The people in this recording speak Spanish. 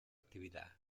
actividad